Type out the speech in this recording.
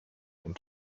und